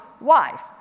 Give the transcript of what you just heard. wife